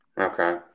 Okay